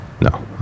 No